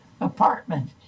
apartment